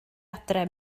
adre